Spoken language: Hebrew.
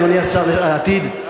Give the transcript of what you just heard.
אדוני השר לעתיד,